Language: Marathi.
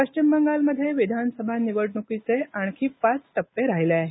पश्चिम बंगालमध्ये विधानसभा निवडणुकीचे आणखी पाच टप्पे राहिले आहेत